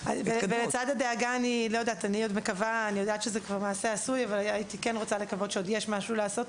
לצד הדאגה אני מקווה שעוד יש משהו לעשות,